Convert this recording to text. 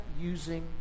using